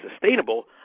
sustainable